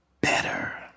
better